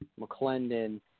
McClendon